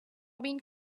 robin